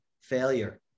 failure